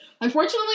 Unfortunately